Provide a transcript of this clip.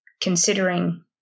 considering